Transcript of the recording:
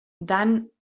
dan